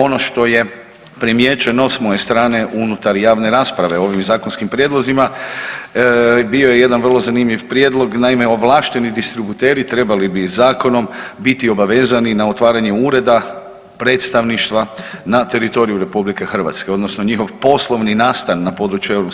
Ono što je primijećeno s moje strane unutar javne rasprave o ovim zakonskim prijedlozima bio je jedan vrlo zanimljiv prijedlog, naime ovlašteni distributeri trebali bi zakonom biti obavezani na otvaranje ureda, predstavništva na teritoriju RH odnosno njihov poslovni nastan na području EU